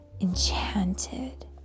enchanted